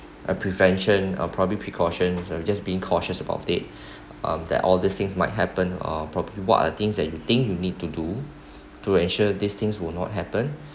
uh prevention or probably precautions are just being cautious about it um that all these things might happen uh probably what are things that you think you need to do to ensure these things will not happen